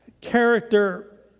character